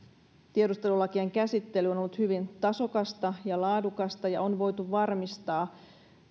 tiedustelulakien käsittely on ollut hyvin tasokasta ja laadukasta ja on voitu varmistaa